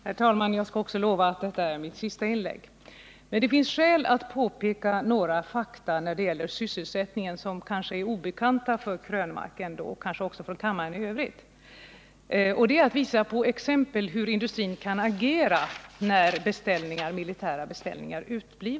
Herr talman! Jag lovar också att detta är mitt sista inlägg. Men det finns skäl att påpeka några fakta när det gäller sysselsättningen som kanske är obekanta för Eric Krönmark och även för kammaren i övrigt. Det finns vissa exempel på hur industrin agerar när militära beställningar uteblir.